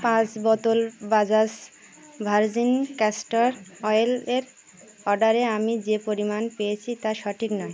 পাঁচ বোতল Bajaj virgin castor oil এর অর্ডারে আমি যে পরিমাণ পেয়েছি তা সঠিক নয়